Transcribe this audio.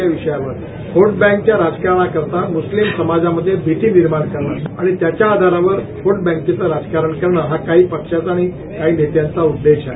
या विषयावर व्होट बँकच्या राजकारणाकरता मुस्लिम समाजामध्ये भीती निर्माण करणे त्याच्या आधारावर व्होट बँकेचं राजकारण करणं हा काही पक्षांचा आणि नेत्यांचा उददेश आहे